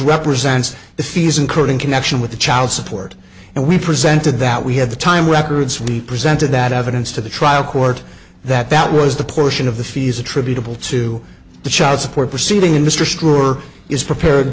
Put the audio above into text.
represents the fees incurred in connection with the child support and we presented that we have the time records we presented that evidence to the trial court that that was the portion of the fees attributable to the child support perceiving industry stronger is prepared